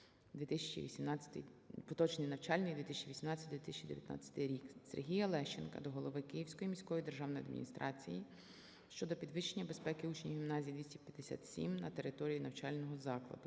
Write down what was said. поточний навчальний 2018/2019 рік. Сергія Лещенка до голови Київської міської державної адміністрації щодо підвищення безпеки учнів гімназії 257 на території навчального закладу.